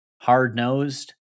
hard-nosed